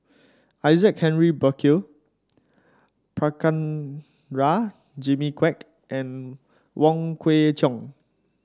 Isaac Canry Burkill Prabhakara Jimmy Quek and Wong Kwei Cheong